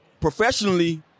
professionally